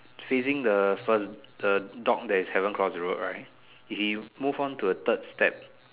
facing the first the dog that is haven't cross the road right he move on to the third step